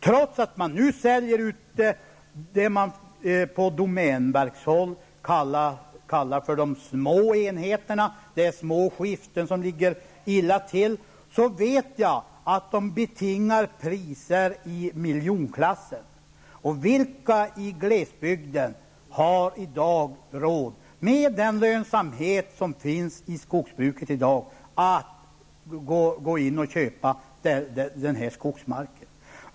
Trots att man nu säljer ut det man på domänverkshåll kallar de små enheterna -- det är små skiften som ligger illa till -- vet jag att de betingar priser i miljonklassen. Och vilka i glesbygden har i dag råd, med den dåliga lönsamheten i skogsbruket, att gå in och köpa den här skogsmarken?